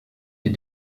die